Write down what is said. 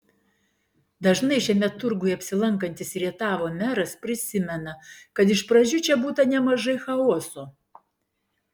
dažnai šiame turguje apsilankantis rietavo meras prisimena kad iš pradžių čia būta nemažai chaoso